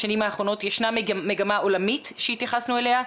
בשנים האחרונות ישנה מגמה עולמית שהתייחסנו אליה,